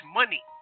money